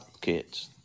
kids